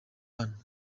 hano